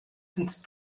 since